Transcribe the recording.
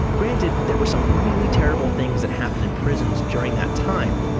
granted, there were some really terrible things that happened in prisons during that time,